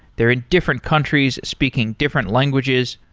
they're in different countries speaking different languages.